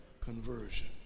conversion